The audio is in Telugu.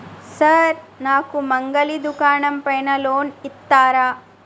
సార్ నాకు మంగలి దుకాణం పైన లోన్ ఇత్తరా?